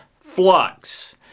flux